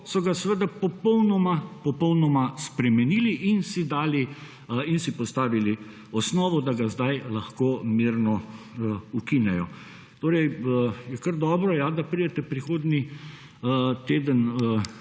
popolnoma popolnoma spremenili in si postavili osnovo, da ga zdaj lahko mirno ukinejo. Je kar dobro, ja, da pridete prihodnji teden